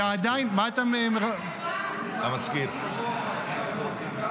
ועדיין --------- עוד לפני הגלות.